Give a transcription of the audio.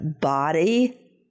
body